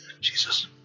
Jesus